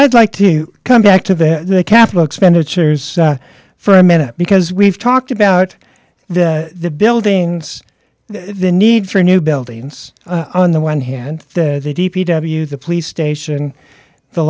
i'd like to come back to that the capital expenditures for a minute because we've talked about that the building if the need for new buildings on the one hand they d p w the police station the